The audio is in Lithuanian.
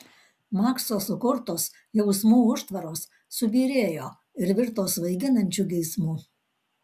makso sukurtos jausmų užtvaros subyrėjo ir virto svaiginančiu geismu